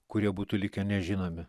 kurie būtų likę nežinomi